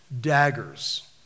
daggers